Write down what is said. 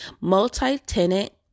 Multi-tenant